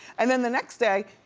and then the next day,